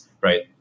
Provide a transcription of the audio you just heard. right